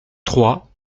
trois